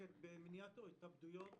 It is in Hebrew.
שעוסקת במניעת התאבדויות